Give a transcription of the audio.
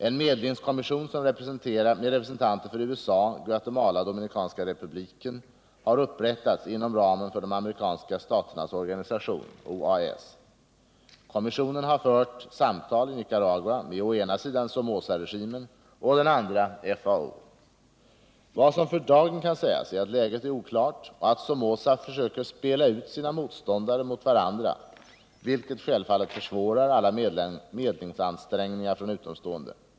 En medlingskommission med representanter för USA, Guatemala och Dominikanska republiken har upprättats inom ramen för de amerikanska staternas organisation . Kommissionen har fört samtal i Nicaragua med å ena sidan Somozaregimen och å den andra FAO. Vad som för dagen kan sägas är att läget är oklart och att Somoza försöker spela ut sina motståndare mot varandra, vilket självfallet försvårar alla medlingsansträngningar från utomstående.